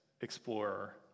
explorer